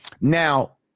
Now